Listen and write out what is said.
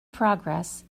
progress